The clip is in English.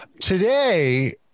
today